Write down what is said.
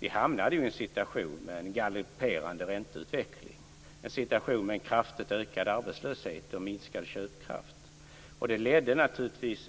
Vi hamnade i en situation med en galopperande ränteutveckling, en situation med kraftigt ökad arbetslöshet och minskad köpkraft. Det ledde